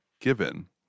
given